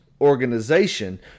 organization